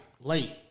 late